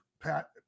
Pat